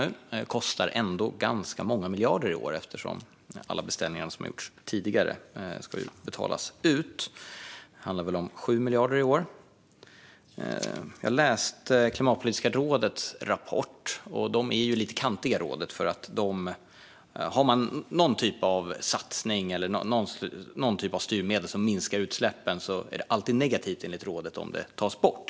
De kostar ändå ganska många miljarder i år eftersom alla beställningar som gjorts tidigare ska betalas ut. Det handlar väl om 7 miljarder i år. Jag läste Klimatpolitiska rådets rapport. De är lite kantiga i rådet, för finns det någon typ av satsning eller styrmedel som minskar utsläppen är det enligt rådet alltid negativt om det tas bort.